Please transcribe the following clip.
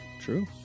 True